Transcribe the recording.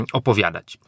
opowiadać